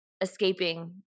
escaping